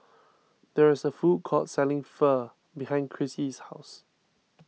there is a food court selling Pho behind Krissy's house